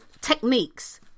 techniques